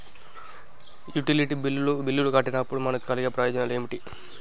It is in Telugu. యుటిలిటీ బిల్లులు కట్టినప్పుడు మనకు కలిగే ప్రయోజనాలు ఏమిటి?